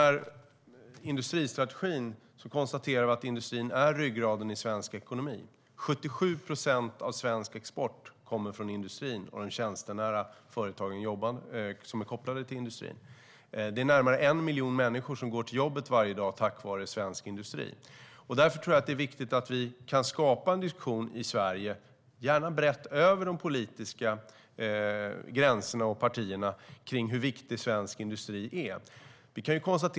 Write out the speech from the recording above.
I industristrategin konstaterar vi att industrin är ryggraden i svensk ekonomi. 77 procent av svensk export kommer från industrin och de tjänstenära företag som är kopplade till industrin. Det är närmare 1 miljon människor som går till jobbet varje dag tack vare svensk industri. Därför är det viktigt att vi kan skapa en diskussion i Sverige, gärna brett över de politiska gränserna och partierna, om hur viktig svensk industri är.